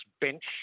bench